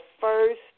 first